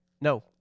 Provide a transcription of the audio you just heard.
No